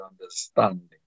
understanding